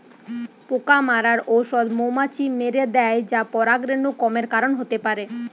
পোকা মারার ঔষধ মৌমাছি মেরে দ্যায় যা পরাগরেণু কমের কারণ হতে পারে